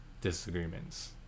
disagreements